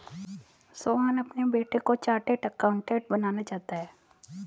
सोहन अपने बेटे को चार्टेट अकाउंटेंट बनाना चाहता है